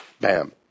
bam